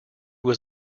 was